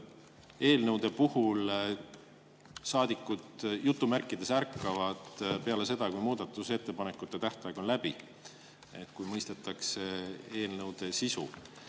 eelnõude puhul saadikud "ärkavad" peale seda, kui muudatusettepanekute tähtaeg on läbi, siis alles mõistetakse eelnõude sisu.